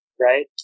right